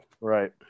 Right